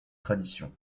traditions